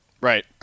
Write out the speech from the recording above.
Right